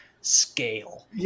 scale